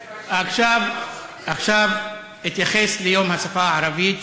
עכשיו אתייחס ליום השפה הערבית,